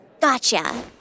Gotcha